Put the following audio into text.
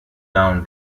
down